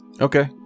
Okay